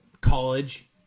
college